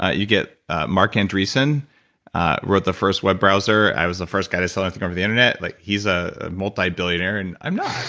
ah you get mark andreessen wrote the first web browser, i was the first guy to sell anything over the internet, like he's a multi billionaire, and i'm not.